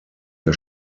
der